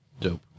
Dope